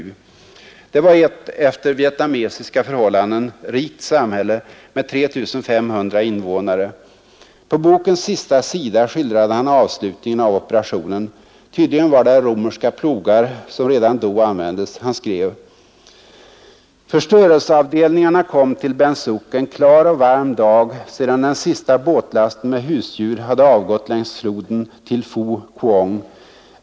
Det var ett efter vietnamesiska förhållanden rikt samhälle med 3 500 invånare. På bokens sista sida skildrade han avslutningen av operationen. Tydligen var det romerska plogar som redan då användes. ”Förstörelseavdelningarna kom till Ben Suc en klar och varm dag sedan den sista båtlasten med husdjur hade avgått längs floden till Phu Cuong.